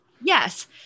yes